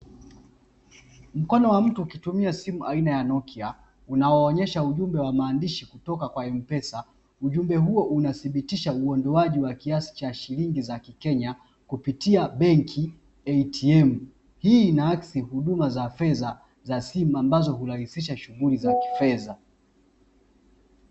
Mkono wa mtu ukitumia simu aina ya nokia unaoonyesha ujumbe wa maandishi kutoka kwa m-pesa, ujumbe huo unathibitisha uondoaji wa kiasi cha shilingi za kikenya kupitia benki "ATM" hii inaakisi huduma za fedha za simu ambazo hurahisisha shughuli za kifedha.